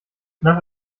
nach